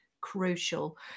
crucial